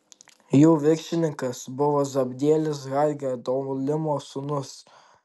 jų viršininkas buvo zabdielis ha gedolimo sūnus